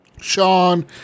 Sean